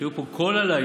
שהיו פה כל הלילה,